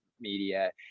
media